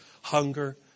hunger